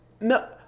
No